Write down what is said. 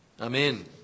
Amen